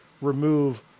remove